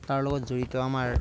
তাৰ লগত জড়িত আমাৰ